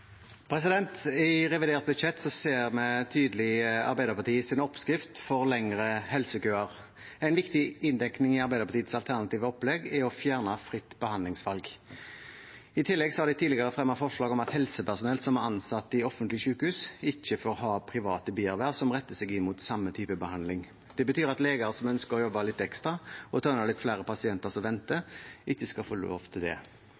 I revidert budsjett ser vi tydelig Arbeiderpartiets oppskrift på lengre helsekøer. En viktig inndekning i Arbeiderpartiets alternative opplegg er å fjerne fritt behandlingsvalg. I tillegg har de tidligere fremmet forslag om at helsepersonell som er ansatt i offentlige sykehus, ikke får ha private bierverv som retter seg inn mot samme type behandling. Det betyr at leger som ønsker å jobbe litt ekstra og ta unna litt flere pasienter som venter, ikke skal få lov til det.